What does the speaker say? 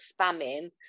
spamming